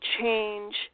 change